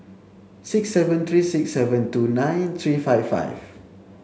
six seven three six seven two nine three five five